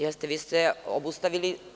Jeste, vi ste obustavili.